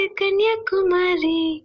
kanyakumari